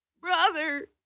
Brother